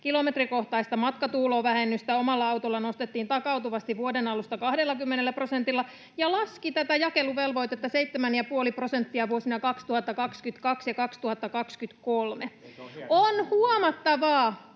kilometrikohtaista matkakuluvähennystä omalla autolla takautuvasti vuoden alusta 20 prosentilla ja laski tätä jakeluvelvoitetta 7,5 prosenttia vuosina 2022 ja 2023. [Mika Kari: